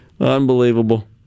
Unbelievable